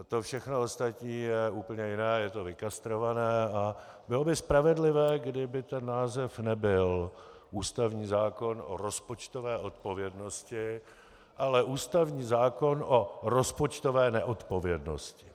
To všechno ostatní je úplně jiné, je to vykastrované a bylo by spravedlivé, kdyby ten název nebyl ústavní zákon o rozpočtové odpovědnosti, ale ústavní zákon o rozpočtové neodpovědnosti.